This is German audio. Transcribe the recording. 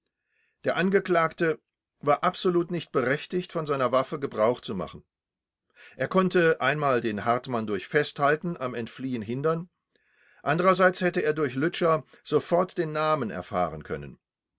der angeklagte war absolut nicht berechtigt von seiner waffe gebrauch zu machen er konnte einmal den hartmann durch festhalten am entfliehen hindern andererseits hätte er durch lütscher sofort den namen erfahren können